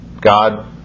God